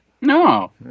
no